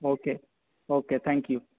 okay okay thank you